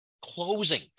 closing